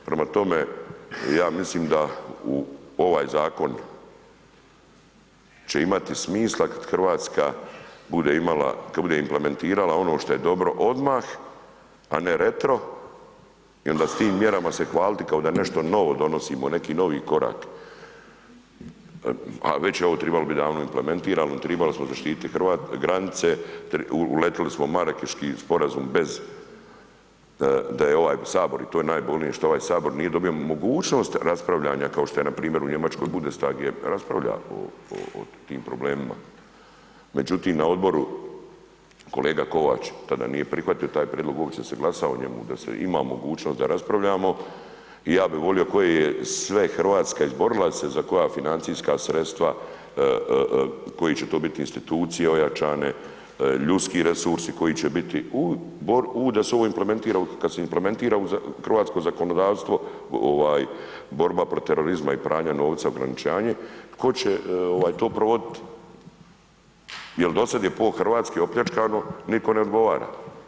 Prema tome, ja mislim da u ovaj zakon će imati smisla kad Hrvatska bude implementirala ono šta je dobro odmah a ne retro i onda s tim mjerama se hvaliti kao da je nešto novo donosimo, neki novi korak a već je ovo trebalo bit davno implementirano, trebalo smo zaštititi hrvatske granice, uletili smo u Marakeški sporazum bez da je ovaj Sabor i to je najbolnije šta ovaj Sabor nije dobio mogućnost raspravljanja kao što je npr. u Njemačkoj Bundestag je raspravljao o tim problemima, međutim na odboru kolega Kovač tada nije prihvatio uopće da se glasa o njemu, da se ima mogućnost da raspravljamo i ja bi volio koje je sve Hrvatska izborila se za koja financijska sredstva koje će to biti institucije ojačane, ljudski resursi koji će biti da se ovo implementira u hrvatsko zakonodavstvo borba protiv terorizma i pranja novca, ograničenje, tko će to provoditi jer dosad je pola Hrvatske opljačkano, nitko ne odgovara.